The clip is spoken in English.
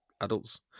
Adults